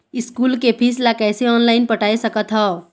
School के fees ला कैसे ऑनलाइन पटाए सकत हव?